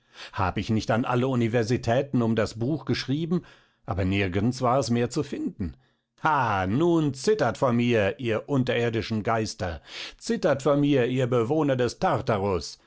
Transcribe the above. hab ich nicht an alle universitäten um das buch geschrieben aber nirgends war es mehr zu finden ha nun zittert vor mir ihr unterirdischen geister zittert vor mir ihr bewohner des tartarus